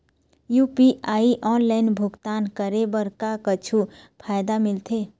UPI online भुगतान करे बर का कुछू फायदा मिलथे?